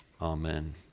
Amen